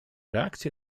reakcje